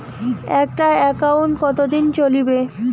একটা একাউন্ট কতদিন চলিবে?